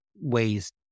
ways